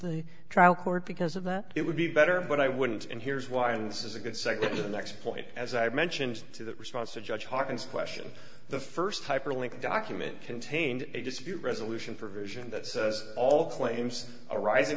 the trial court because of that it would be better but i wouldn't and here's why and this is a good segue to the next point as i mentioned to that response to judge hawkins question the first hyperlink document contained a dispute resolution provision that says all claims arising